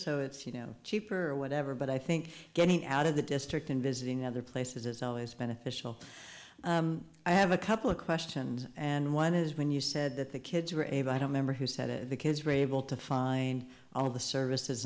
so it's you know cheaper or whatever but i think getting out of the district and visiting other places is always beneficial i have a couple of questions and one is when you said that the kids were able i don't remember who said it the kids were able to find all the services